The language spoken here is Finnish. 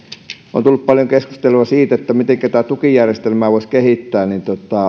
on tullut paljon keskustelua siitä mitenkä tätä tukijärjestelmää voisi kehittää